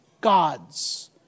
God's